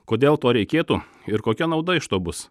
kodėl to reikėtų ir kokia nauda iš to bus